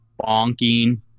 bonking